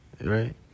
right